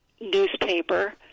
newspaper